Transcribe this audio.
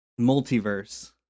multiverse